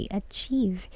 achieve